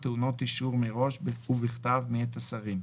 טעונות אישור מראש ובכתב מאת השרים: